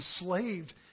enslaved